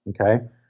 Okay